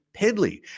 piddly